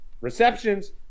receptions